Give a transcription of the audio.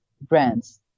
brands